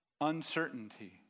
uncertainty